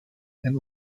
and